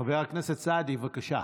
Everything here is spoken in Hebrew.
חבר הכנסת סעדי, בבקשה.